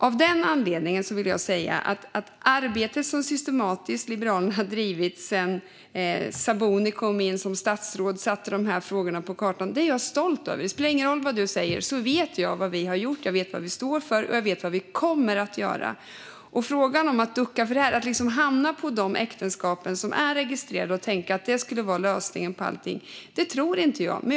Av den anledningen vill jag säga att jag är stolt över det arbete som Liberalerna systematiskt har drivit sedan Sabuni som statsråd satte de här frågorna på kartan. Det spelar ingen roll vad ledamoten Eskilandersson säger; jag vet vad vi har gjort, jag vet vad vi står för och jag vet vad vi kommer att göra. Att liksom hamna i de äktenskap som är registrerade och tänka att det här skulle vara lösningen på allting tror inte jag på.